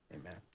amen